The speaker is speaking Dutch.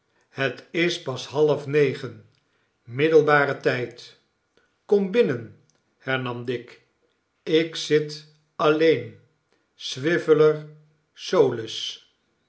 het is pas half negen middelbare tijd kom binnen hernam dick ik zit alleen swiveller solus